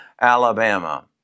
Alabama